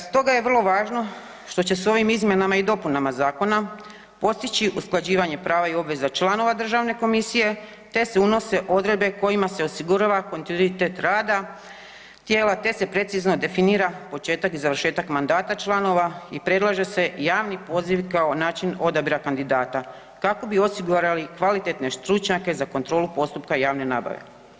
Stoga je vrlo važno što će se ovim izmjenama i dopunama zakona postići usklađivanje prava i obveza članova Državne komisije, te se unose odredbe kojima se osigurava kontinuitet rada tijela, te se precizno definira početak i završetak mandata članova i predlaže se javni poziv kao način odabira kandidata kako bi osigurali kvalitetne stručnjake za kontrolu postupka javne nabave.